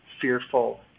fearful